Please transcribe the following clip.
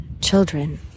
children